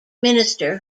minister